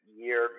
year